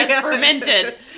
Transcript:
fermented